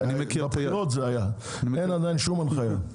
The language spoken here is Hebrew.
זה היה בבחירות, אין עדיין שום הנחיה.